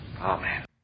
Amen